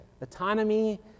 autonomy